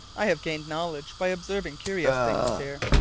i have gained knowledge by observing curious things here.